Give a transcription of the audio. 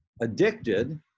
addicted